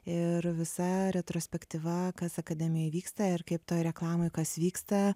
ir visa retrospektyva kas akademijoj vyksta ir kaip toj reklamoj kas vyksta